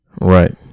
Right